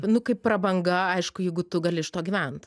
nu kaip prabanga aišku jeigu tu gali iš to gyvent